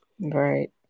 Right